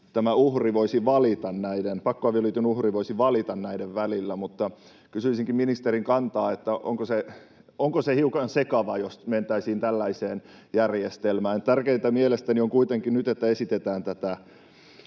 pakkoavioliiton uhri voisi valita näiden välillä, mutta kysyisinkin ministerin kantaa: onko se hiukan sekavaa, jos mentäisiin tällaiseen järjestelmään? Tärkeintä mielestäni kuitenkin nyt on, että esitetään tätä